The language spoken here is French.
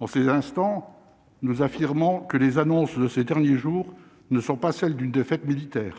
on fait l'instant nous affirmant que les annonces de ces derniers jours ne sont pas celles d'une défaite militaire